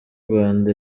rwanda